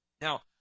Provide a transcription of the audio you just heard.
Now